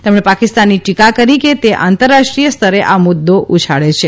તેમણે પાકિસ્તાનની ટીકા કરી કે તે આંતરરાષ્ટ્રીય સ્તરે આ મુદ્દ ઉછાળે છે